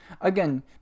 again